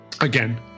again